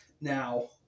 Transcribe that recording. Now